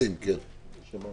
אתה מדבר